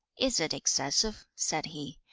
is it excessive said he.